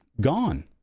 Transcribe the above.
Gone